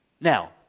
Now